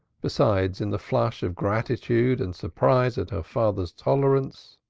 besides, in the flush of gratitude and surprise at her father's tolerance,